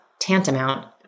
tantamount